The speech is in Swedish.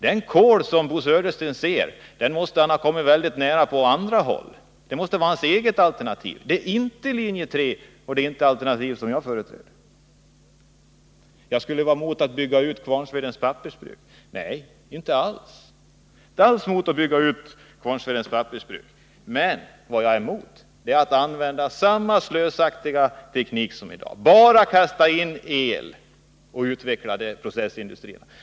Det kol som Bo Södersten talar om måste han ha kommit mycket nära på andra håll. Det måste ingå i hans eget alternativ, för det ingår inte i linje 3— det alternativ som jag företräder. Enligt Bo Södersten är jag emot en utbyggnad av Kvarnsvedens pappersbruk, men det är jag inte alls. Däremot är jag emot en användning av dagens slösaktiga teknik med stor elförbrukning vid utvecklingen av processindustrin.